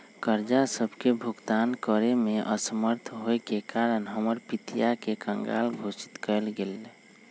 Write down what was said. कर्जा सभके भुगतान करेमे असमर्थ होयेके कारण हमर पितिया के कँगाल घोषित कएल गेल